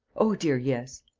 oh, dear, yes!